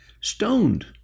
stoned